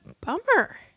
bummer